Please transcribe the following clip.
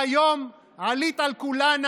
והיום עלית על כולנה: